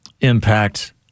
impact